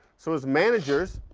so as managers